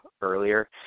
earlier